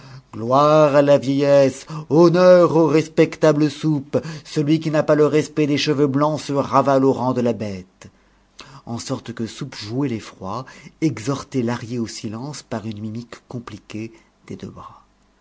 gloire à la vieillesse honneur au respectable soupe celui qui n'a pas le respect des cheveux blancs se ravale au rang de la bête en sorte que soupe jouait l'effroi exhortait lahrier au silence par une mimique compliquée des deux bras